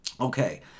okay